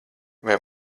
vai